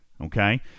Okay